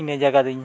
ᱤᱱᱟᱹ ᱡᱟᱭᱜᱟ ᱫᱚᱧ